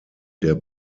der